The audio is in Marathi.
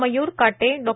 मयूर काटे डॉ